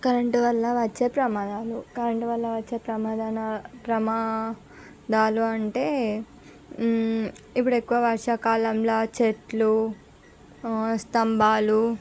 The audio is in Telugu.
కరెంటు వల్ల వచ్చే ప్రమాదాలు కరెంటు వల్ల వచ్చే ప్రమాదాన ప్రమాదాలు అంటే ఇప్పుడు ఎక్కువ వర్షాకాలంల చెట్లు స్తంభాలు